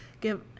give